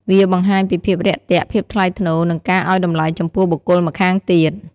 វាបង្ហាញពីភាពរាក់ទាក់ ភាពថ្លៃថ្នូរ និងការឲ្យតម្លៃចំពោះបុគ្គលម្ខាងទៀត។